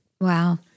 Wow